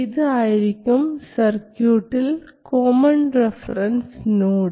ഇത് ആയിരിക്കും സർക്യൂട്ടിൽ കോമൺ റഫറൻസ് നോഡ്